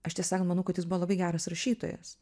aš tiesą sakant manau kad jis buvo labai geras rašytojas